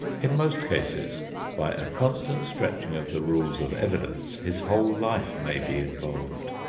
in most cases by a constant stretching of the rules of evidence his whole life may be involved.